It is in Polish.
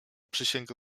przysięga